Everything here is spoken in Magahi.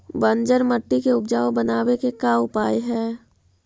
बंजर मट्टी के उपजाऊ बनाबे के का उपाय है?